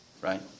right